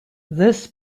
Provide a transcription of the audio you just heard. this